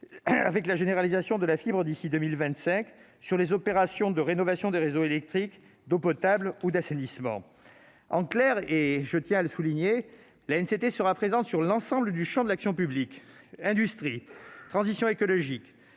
avec la généralisation de la fibre d'ici à 2025 et les opérations de rénovation des réseaux électriques, d'eau potable ou d'assainissement. Pour résumer, l'ANCT, je tiens à le souligner, sera présente dans l'ensemble du champ de l'action publique : industrie, transition écologique,